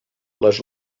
les